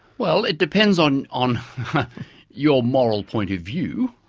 well it depends on on your moral point of view.